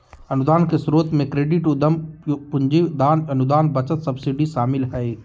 अनुदान के स्रोत मे क्रेडिट, उधम पूंजी, दान, अनुदान, बचत, सब्सिडी शामिल हय